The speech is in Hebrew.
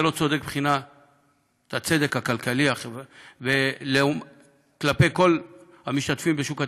זה לא צודק מבחינת הצדק הכלכלי כלפי כל המשתתפים בשוק התקשורת.